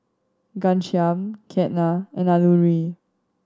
Ghanshyam Ketna and Alluri